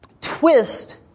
twist